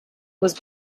was